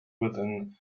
within